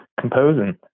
composing